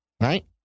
right